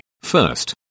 First